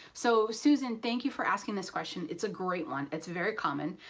so susan, thank you for asking this question. it's a great one. it's very common.